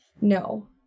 No